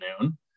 noon